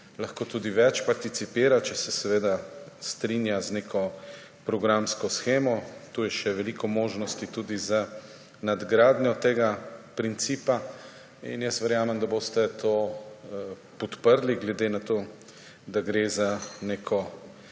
lahko tudi več participira, če se seveda strinja z neko programsko shemo. Tu je še veliko možnosti tudi za nadgradnjo tega principa. In jaz verjamem, da boste to podprli glede na to, da gre za neko